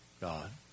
god